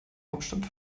hauptstadt